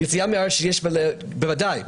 יציאה מהארץ, בוודאי.